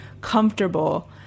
comfortable